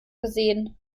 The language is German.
gesehen